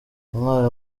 umwali